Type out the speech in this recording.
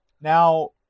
Now